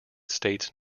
states